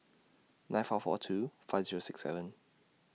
nine four four two five Zero six seven